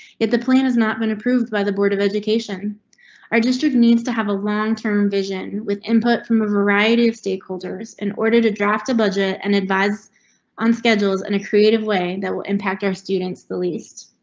the plan is not been approved by the board of education are district needs to have a long-term vision with input from a variety of stakeholders. in order to draft a budget and advise on schedules and a creative way that will impact our students the least,